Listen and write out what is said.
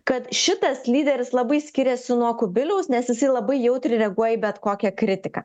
kad šitas lyderis labai skiriasi nuo kubiliaus nes jisai labai jautriai reaguoja į bet kokią kritiką